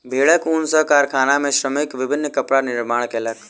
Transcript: भेड़क ऊन सॅ कारखाना में श्रमिक विभिन्न कपड़ाक निर्माण कयलक